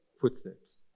footsteps